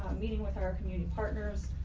meeting with our community partners.